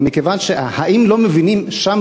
האם לא מבינים שם,